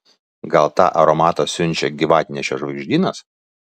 gal tą aromatą siunčia gyvatnešio žvaigždynas